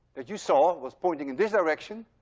that you saw. it was pointing in this direction.